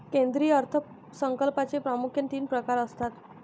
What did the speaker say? केंद्रीय अर्थ संकल्पाचे प्रामुख्याने तीन प्रकार असतात